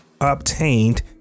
obtained